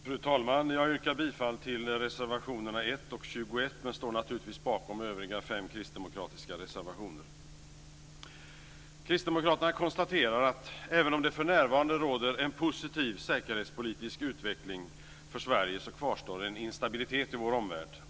Fru talman! Jag yrkar bifall till reservationerna 1 och 21 men står naturligtvis bakom de övriga fem kristdemokratiska reservationerna. Kristdemokraterna konstaterar att även om det för närvarande råder en positiv säkerhetspolitisk utveckling för Sverige kvarstår en instabilitet i vår omvärld.